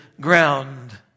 ground